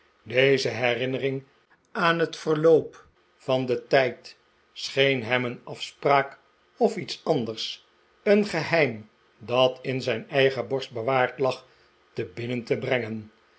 deze herinnering aan het verloop van den tijd scheen hem een afspraak of iets anders een geheim dat in zijn eigen borst bewaard lag te binnen te brengen